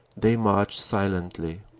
they march silently.